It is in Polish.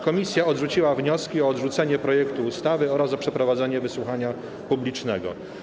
Komisja odrzuciła wnioski: o odrzucenie projektu ustawy oraz o przeprowadzenie wysłuchania publicznego.